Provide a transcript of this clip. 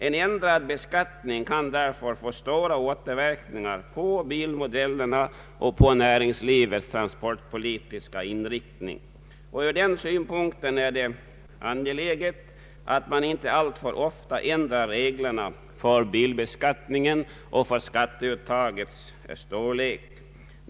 En ändrad bilbeskattning kan därför få stora återverkningar på bilmodeller och på näringslivets transportpolitiska inriktning. Ur den synpunkten är det angeläget att reglerna för bilbeskattningen liksom storleken av skatteuttaget inte alltför ofta ändras.